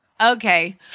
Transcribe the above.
Okay